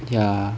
ya